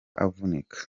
avunika